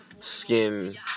skin